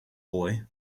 boy